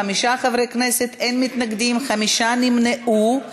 35 חברי כנסת בעד, אין מתנגדים, חמישה נמנעו.